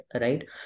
right